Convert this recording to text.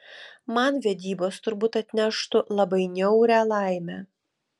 man vedybos turbūt atneštų labai niaurią laimę